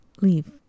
Leave